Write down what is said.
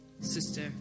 Sister